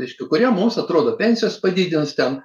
iškiu kurie mums atrodo pensijos padidins ten